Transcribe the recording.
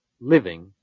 living